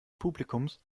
publikums